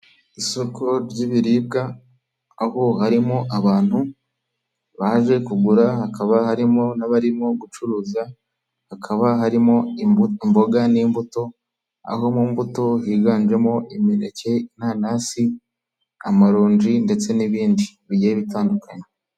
Isoko ry'ibiribwa aho harimo abantu baje kugura hakaba harimo n'abarimo gucuruza, hakaba harimo imboga n'imbuto, aho mu mbuto higanjemo imineke, inanasi, amaronji ndetse n'ibindi bigiye bitandukanye.